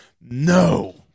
No